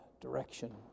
direction